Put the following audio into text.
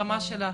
במה שלך.